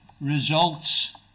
results